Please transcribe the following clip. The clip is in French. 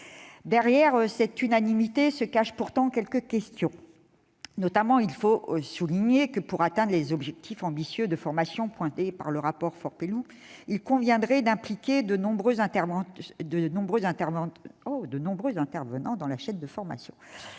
Derrière cette unanimité se cachent pourtant quelques questions. Il faut notamment souligner que, pour atteindre les objectifs ambitieux de formation fixés par le rapport Faure-Pelloux, il conviendrait d'impliquer de nombreux intervenants dans la chaîne de formation